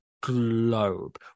globe